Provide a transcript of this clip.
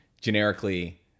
generically